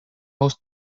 most